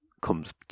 comes